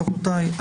חברותיי,